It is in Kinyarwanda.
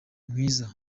mwiza